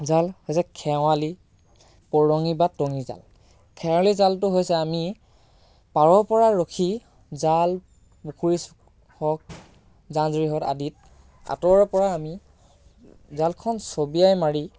জাল যে খেৱালী পৰঙি বা টঙি জাল খেৱালী জালটো হৈছে আমি পাৰৰ পৰা ৰখি জাল পুখুৰীত হওঁক জান জুৰি হওঁক আদিত আঁতৰৰ পৰা আমি জালখন চবিয়াই মাৰি